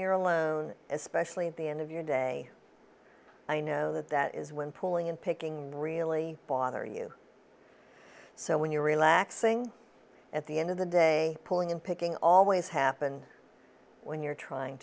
you're alone especially at the end of your day i know that that is when pulling and picking really bother you so when you're relaxing at the end of the day pulling in picking always happen when you're trying